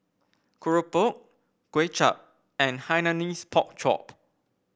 keropok Kuay Chap and Hainanese Pork Chop